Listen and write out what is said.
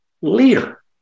leader